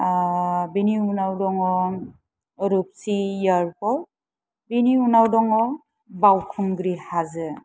बेनि उनाव दङ रुपसि इयारपर्ट बेनि उनाव दङ बावखुंग्रि हाजो